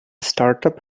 startup